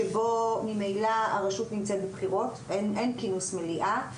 שבו ממילא הרשות נמצאת בבחירות ואין כינוס מליאה.